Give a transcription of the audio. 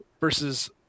versus